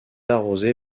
arrosé